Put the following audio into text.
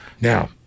Now